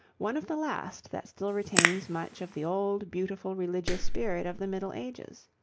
one of the last that still retains much of the old beautiful religious spirit of the middle ages.